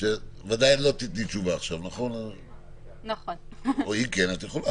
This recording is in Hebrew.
אלבז בוודאי לא תענה עכשיו, אז תקדישו לזה